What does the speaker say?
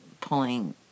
pulling